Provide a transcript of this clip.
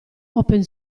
open